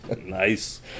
Nice